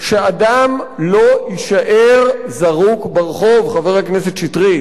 שאדם לא יישאר זרוק ברחוב, חבר הכנסת שטרית.